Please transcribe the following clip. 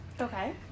Okay